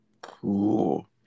Cool